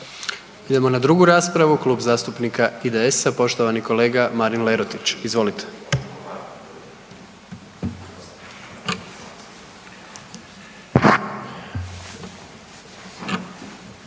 Idemo na drugu raspravu, Klub zastupnika HDZ-a poštovani kolega Miro Totgergeli. Izvolite.